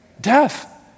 Death